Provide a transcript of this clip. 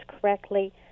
correctly